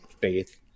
Faith